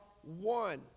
one